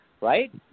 right